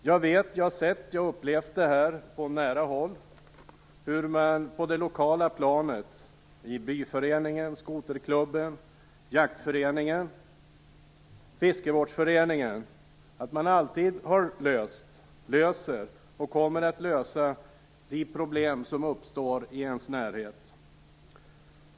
Jag har på nära håll sett och upplevt hur man på det lokala planet - i byföreningen, skoterklubben, jaktföreningen och fiskevårdsföreningen - har löst, löser och kommer att lösa de problem som uppstår i ens närhet.